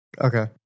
Okay